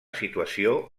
situació